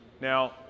Now